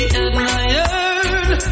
admired